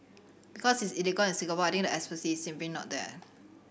because it's illegal in Singapore I think the expertise is simply not there